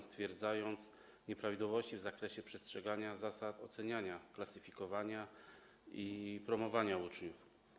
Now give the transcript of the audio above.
Stwierdzono nieprawidłowości w zakresie przestrzegania zasad oceniania, klasyfikowania i promowania uczniów.